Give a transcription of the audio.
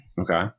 Okay